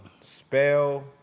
Spell